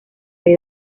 rey